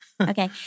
Okay